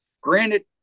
granted